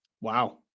Wow